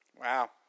Wow